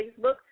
Facebook